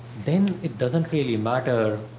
then it doesn't really matter.